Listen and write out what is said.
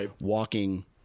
walking